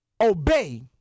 obey